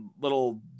little